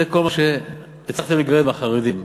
זה כל מה שהצלחתם לגרד מהחרדים.